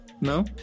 no